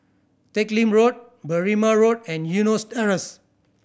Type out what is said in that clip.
Teck Lim Road Berrima Road and Eunos Terrace